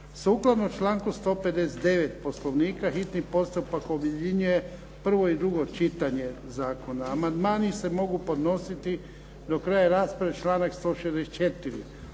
Sukladno članku 159. Poslovnika hitni postupak objedinjuje prvo i drugo čitanje zakona. Amandmani se mogu podnositi do kraja rasprave članak 164.